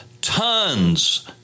tons